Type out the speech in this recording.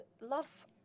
love